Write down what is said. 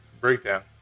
Breakdown